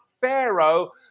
Pharaoh